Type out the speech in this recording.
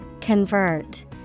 Convert